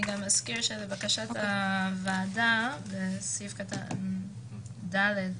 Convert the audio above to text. לבקשת הוועדה בסעיף קטן (ד)